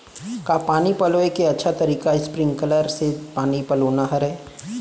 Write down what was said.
का पानी पलोय के अच्छा तरीका स्प्रिंगकलर से पानी पलोना हरय?